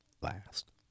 last